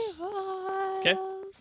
Okay